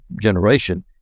generation